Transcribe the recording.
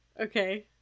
Okay